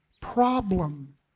problem